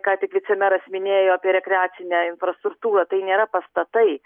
ką tik vicemeras minėjo apie rekreacinę infrastruktūrą tai nėra pastatai